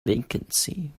vacancy